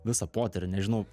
visą potyrį nežinau